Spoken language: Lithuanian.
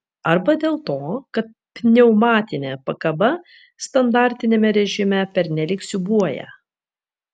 arba dėl to kad pneumatinė pakaba standartiniame režime pernelyg siūbuoja